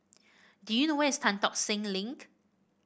do you know where is Tan Tock Seng Link